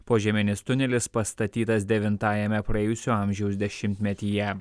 požeminis tunelis pastatytas devintajame praėjusio amžiaus dešimtmetyje